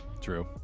true